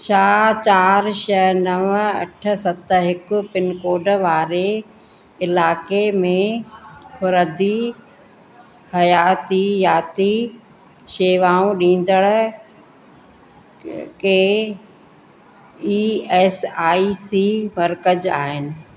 छा चारि छह नव अठ सत हिकु पिनकोड वारे इलाइके़ में ख़ुरदि हयातियाति शेवाऊं ॾींदड़ के ई एस आई सी मर्कज़ आहिनि